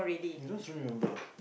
you just remember